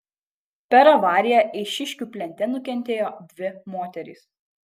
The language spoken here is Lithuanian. per avariją eišiškių plente nukentėjo dvi moterys